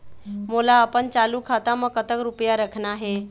मोला अपन चालू खाता म कतक रूपया रखना हे?